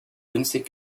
günstig